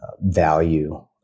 value